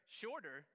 shorter